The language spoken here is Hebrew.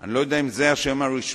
אני לא יודע אם זה השם הרשמי,